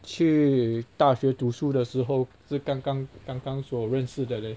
去大学读书的时候是刚刚刚刚所认识的 leh